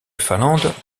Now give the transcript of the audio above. finlande